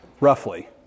roughly